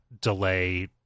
delay